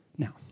Now